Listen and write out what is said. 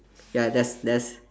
ya there's there's